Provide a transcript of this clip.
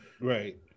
right